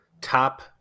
top